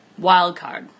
Wildcard